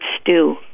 stew